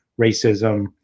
racism